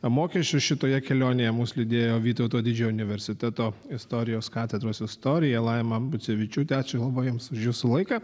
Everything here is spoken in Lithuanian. mokesčius šitoje kelionėje mus lydėjo vytauto didžiojo universiteto istorijos katedros istorija laimą bucevičiūtę ačiū jiems už jūsų laiką